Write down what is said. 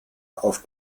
auf